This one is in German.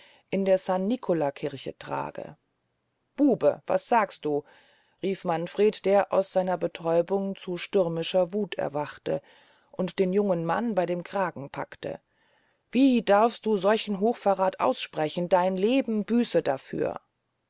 in der san nicola kirche trage bube was sagst du rief manfred der aus seiner betäubung zu stürmischer wuth erwachte und den jungen mann bey dem kragen packte wie darfst du solchen hochverrath aussprechen dein leben büße dafür